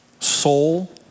soul